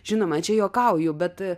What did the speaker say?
žinoma čia juokauju bet